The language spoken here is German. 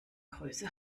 größe